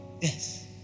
yes